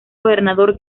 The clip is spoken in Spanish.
gobernador